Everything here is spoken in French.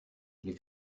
les